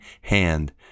hand